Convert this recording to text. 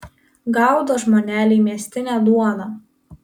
gaudo žmoneliai miestinę duoną